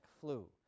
flu